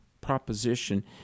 proposition